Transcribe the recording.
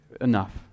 Enough